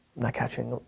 not catching,